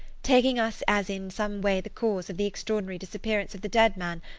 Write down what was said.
taking us as in some way the cause of the extraordinary disappearance of the dead man,